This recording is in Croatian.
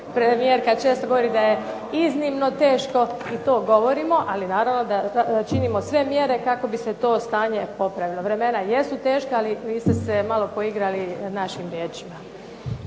Premijerka često govori da je iznimno teško i to govorimo, ali naravno da činimo sve mjere kako bi se to stanje popravilo. Vremena jesu teška, ali vi ste se malo poigrali našim riječima.